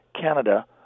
Canada